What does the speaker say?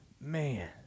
Man